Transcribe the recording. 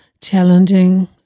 challenging